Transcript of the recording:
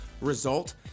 result